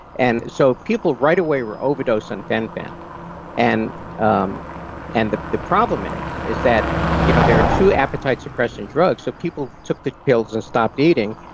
and so people right away were overdosed on fen-phen and um and the the problem is, is that you know they are two appetite suppressant drugs, so people took these pills and stopped eating,